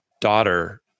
daughter